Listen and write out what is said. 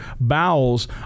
bowels